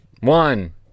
One